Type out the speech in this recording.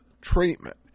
treatment